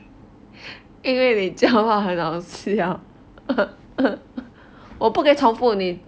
因为你讲话很好笑 我不可以重复你